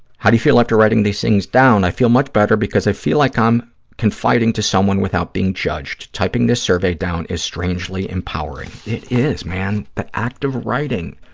how do you feel after writing these things down? i feel much better because i feel like i'm confiding to someone without being judged. typing this survey down is strangely empowering. it is, man. the act of writing